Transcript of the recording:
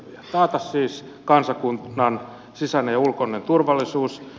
taata siis kansakunnan sisäinen ja ulkoinen turvallisuus